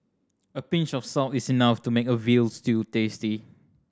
a pinch of salt is enough to make a veal stew tasty